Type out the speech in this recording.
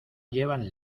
llevan